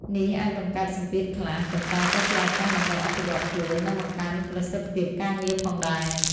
នេះអាចបង្កើតសម្ពាធខ្លះ ប៉ុន្តែក៏ជាឱកាសដើម្បីអភិវឌ្ឍខ្លួន និងបង្កើនប្រសិទ្ធភាពការងារផងដែរ។